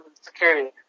security